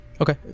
Okay